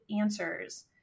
answers